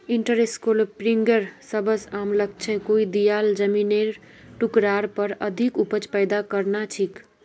इंटरक्रॉपिंगेर सबस आम लक्ष्य कोई दियाल जमिनेर टुकरार पर अधिक उपज पैदा करना छिके